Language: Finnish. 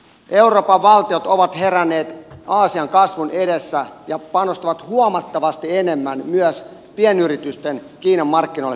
euroopan valtiot ovat heränneet aasian kasvun edessä ja panostavat huomattavasti enemmän myös pienyritysten pääsemiseksi kiinan markkinoille